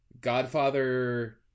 godfather